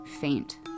faint